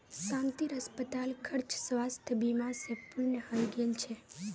शांतिर अस्पताल खर्च स्वास्थ बीमा स पूर्ण हइ गेल छ